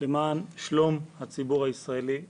למען שלום הציבור הישראלי כולו.